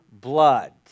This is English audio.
blood